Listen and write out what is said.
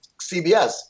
CBS